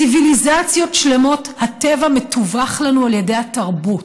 ציוויליזציות שלמות הטבע מתווך לנו על ידי התרבות.